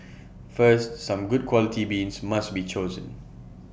first some good quality beans must be chosen